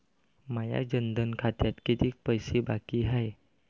माया जनधन खात्यात कितीक पैसे बाकी हाय?